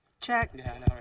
check